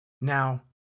Now